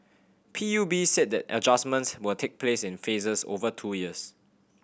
P U B said the adjustments will take place in phases over two years